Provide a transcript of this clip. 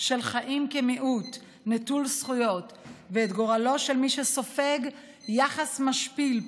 של חיים כמיעוט נטול זכויות ואת גורלו של מי שסופג יחס משפיל,